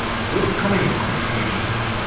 with the coming of christianity,